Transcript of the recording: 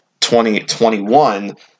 2021